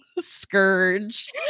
scourge